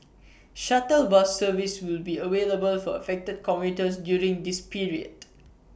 shuttle bus service will be available for affected commuters during this period